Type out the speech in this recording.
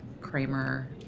Kramer